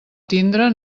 tindre